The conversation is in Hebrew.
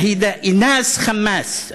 (אומר בערבית: תהילה וחיי נצח לשהידה אינאס ח'מאש,